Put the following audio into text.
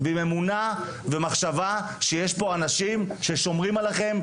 עם אמונה ומחשבה שיש פה אנשים ששומרים עליכם,